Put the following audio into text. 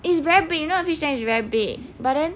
is very big you know the fish tank is very big